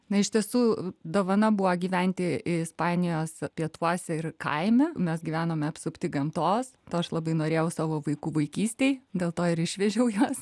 na iš tiesų dovana buvo gyventi ispanijos pietuose ir kaime mes gyvenome apsupti gamtos to aš labai norėjau savo vaikų vaikystėj dėl to ir išvežiau juos